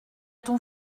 ton